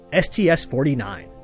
STS-49